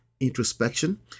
Introspection